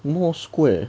什么 square